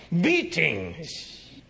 beatings